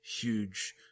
huge